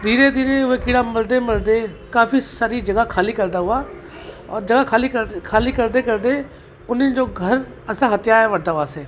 धीरे धीरे उहे कीड़ा मरंदे मरंदे काफ़ी सारी जॻहि खाली करंदा हुआ और जॻहि खाली करंदे खाली करंदे करंदे उन्हीअ जो घर असां हथियाए वठंदा हुआसीं